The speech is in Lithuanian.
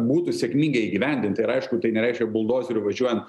būtų sėkmingai įgyvendinta ir aišku tai nereiškia buldozeriu važiuojant